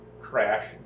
crash